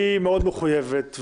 היא מאוד מחויבת.